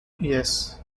yes